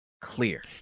clear